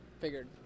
figured